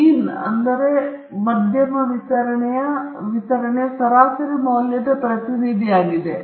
ಮೀನ್ ವಿತರಣೆಯು ಸರಾಸರಿ ಮೌಲ್ಯದ ಪ್ರತಿನಿಧಿಯಾಗಿದೆ